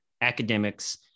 academics